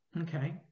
Okay